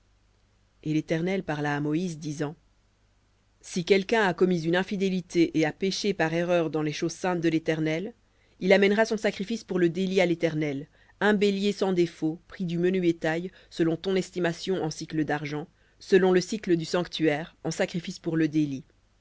et l'éternel parla à moïse disant si quelqu'un a commis une infidélité et a péché par erreur dans les choses saintes de l'éternel il amènera son sacrifice pour le délit à l'éternel un bélier sans défaut pris du menu bétail selon ton estimation en sicles d'argent selon le sicle du sanctuaire en sacrifice pour le délit